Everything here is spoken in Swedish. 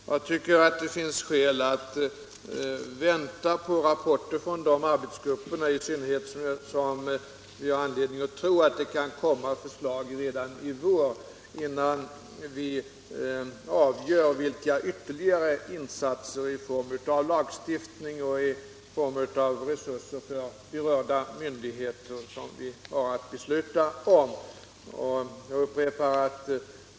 Jag tycker därför att det finns skäl att vänta på rapporter från dessa arbetsgrupper, i synnerhet som vi har anledning att tro att det kan komma förslag redan i vår, innan vi avgör vilka ytterligare insatser i form av lagstiftning och i form av resurser för berörda myndigheter som vi skall diskutera.